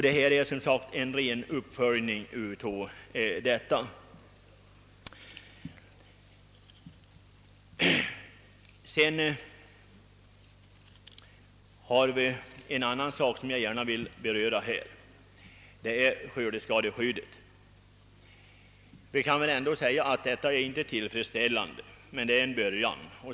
Det är som sagt bara fråga om en tilllämpning av samma princip på detta område. Jag vill gärna beröra en annan sak här, nämligen skördeskadeskyddet. Vi kan väl säga att det för närvarande inte är tillfredsställande.